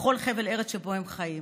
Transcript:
בכל חבל ארץ שבו הם חיים.